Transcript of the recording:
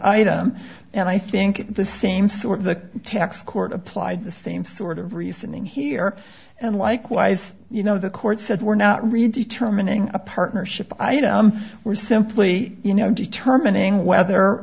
item and i think the same sort of the tax court applied the same sort of reasoning here and likewise you know the court said we're not really determining a partnership we're simply you know determining whether